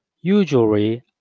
Usually